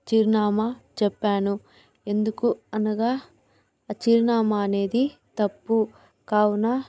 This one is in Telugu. చిరునామా చెప్పాను ఎందుకు అనగా చిరునామా అనేది తప్పు కావున